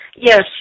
Yes